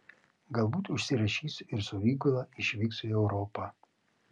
galbūt užsirašysiu ir su įgula išvyksiu į europą